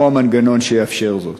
מה הוא המנגנון שיאפשר זאת?